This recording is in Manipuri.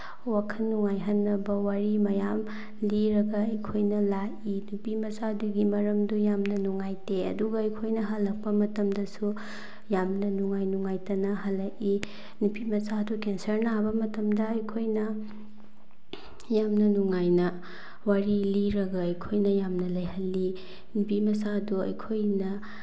ꯋꯥꯈꯟ ꯅꯨꯡꯉꯥꯏꯍꯟꯅꯕ ꯋꯥꯔꯤ ꯃꯌꯥꯝ ꯂꯤꯔꯒ ꯑꯩꯈꯣꯏꯅ ꯂꯥꯛꯏ ꯅꯨꯄꯤꯃꯆꯥꯗꯨꯒꯤ ꯃꯔꯝꯗꯨ ꯌꯥꯝꯅ ꯅꯨꯡꯉꯥꯏꯇꯦ ꯑꯗꯨꯒ ꯑꯩꯈꯣꯏꯅ ꯍꯜꯂꯛꯄ ꯃꯇꯝꯗꯁꯨ ꯌꯥꯝꯅ ꯅꯨꯡꯉꯥꯏ ꯅꯨꯡꯉꯥꯏꯇꯅ ꯍꯜꯂꯛꯏ ꯅꯨꯄꯤꯃꯆꯥꯗꯨ ꯀꯦꯟꯁꯔ ꯅꯥꯕ ꯃꯇꯝꯗ ꯑꯩꯈꯣꯏꯅ ꯌꯥꯝꯅ ꯅꯨꯡꯉꯥꯏꯅ ꯋꯥꯔꯤ ꯂꯤꯔꯒ ꯑꯩꯈꯣꯏꯅ ꯌꯥꯝꯅ ꯂꯩꯍꯜꯂꯤ ꯅꯨꯄꯤꯃꯆꯥꯗꯨ ꯑꯩꯈꯣꯏꯅ